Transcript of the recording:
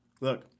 Look